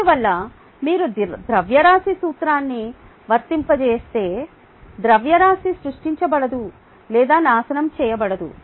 అందువల్ల మీరు ద్రవ్యరాశి సూత్రాన్ని వర్తింపజేస్తే ద్రవ్యరాశి సృష్టించబడదు లేదా నాశనం చేయబడదు